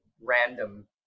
random